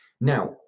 Now